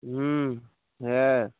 হুম হ্যাঁ